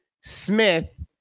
Smith